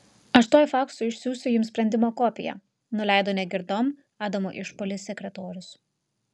aš tuoj faksu išsiųsiu jums sprendimo kopiją nuleido negirdom adamo išpuolį sekretorius